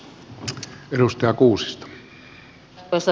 arvoisa puhemies